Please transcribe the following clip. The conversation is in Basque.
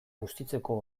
bustitzeko